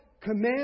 command